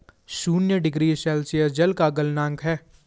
शून्य degree Celsius जल का गलनांक है